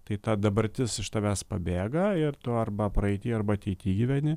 tai ta dabartis iš tavęs pabėga ir tu arba praeity arba ateity gyveni